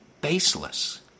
baseless